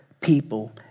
people